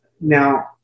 Now